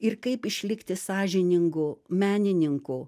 ir kaip išlikti sąžiningu menininku